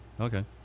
Okay